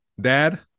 dad